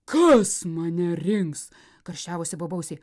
kas mane rinks karščiavosi bobausė